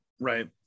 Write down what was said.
Right